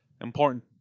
Important